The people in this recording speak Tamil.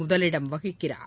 முதலிடம் வகிக்கிறார்